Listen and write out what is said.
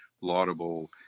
laudable